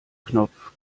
knopf